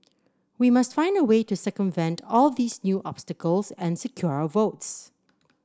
we must find a way to circumvent all these new obstacles and secure our votes